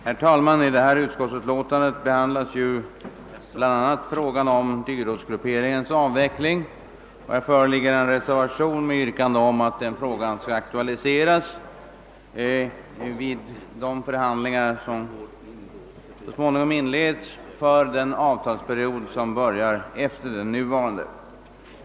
Herr talman! I detta utskottsutlåtande behandlas bl.a. frågan om dyrortsgrupperingens avveckling. Här föreligger en reservation med yrkande om att denna fråga bör aktualiseras vid de förhandlingar som så småningom inleds för den avtalsperiod som börjar efter den nuvarande.